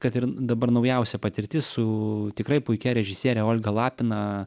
kad ir dabar naujausia patirtis su tikrai puikia režisiere olga lapina